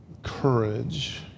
Courage